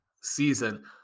season